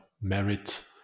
merit